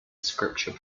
scripture